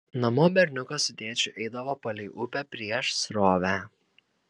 namo berniukas su tėčiu eidavo palei upę prieš srovę